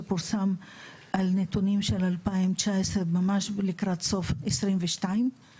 שפורסם על נתונים של 2019 ממש לקראת סוף 2022,